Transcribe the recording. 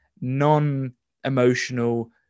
Non-emotional